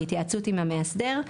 בהתייעצות עם המאסדר,